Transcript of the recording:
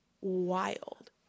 wild